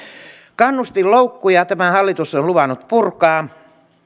kannustinloukkuja tämä hallitus on on luvannut purkaa